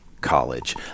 college